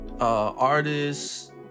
artists